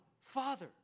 Father